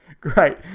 great